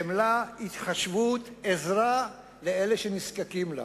חמלה, התחשבות, עזרה לאלה שנזקקים לה.